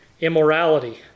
Immorality